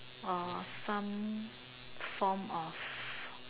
or some form of